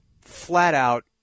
flat-out